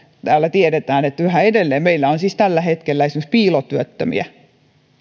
täällä tiedetään että yhä edelleen meillä on siis tällä hetkellä esimerkiksi piilotyöttömiä